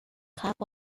cup